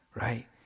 right